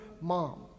mom